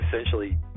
essentially